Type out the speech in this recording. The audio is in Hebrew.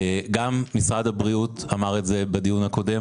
גם משרד הבריאות אמר את זה לפרוטוקול בדיון הקודם,